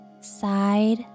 side